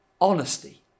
Honesty